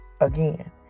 again